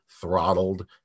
throttled